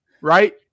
Right